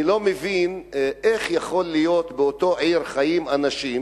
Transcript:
אני לא מבין איך יכול להיות שבאותה עיר חיים אנשים